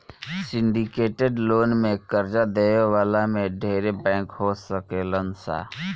syndicated loan में कर्जा देवे वाला में ढेरे बैंक हो सकेलन सा